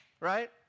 Right